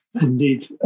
indeed